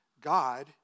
God